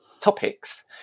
topics